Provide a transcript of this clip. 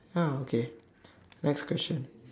ah okay next question